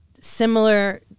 similar